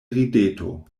rideto